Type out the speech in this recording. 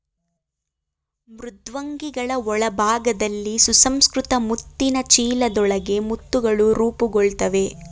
ಮೃದ್ವಂಗಿಗಳ ಒಳಭಾಗದಲ್ಲಿ ಸುಸಂಸ್ಕೃತ ಮುತ್ತಿನ ಚೀಲದೊಳಗೆ ಮುತ್ತುಗಳು ರೂಪುಗೊಳ್ತವೆ